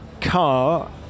car